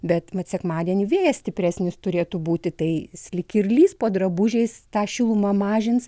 bet mat sekmadienį vėjas stipresnis turėtų būti tai jis lyg ir lįs po drabužiais tą šilumą mažins